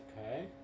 Okay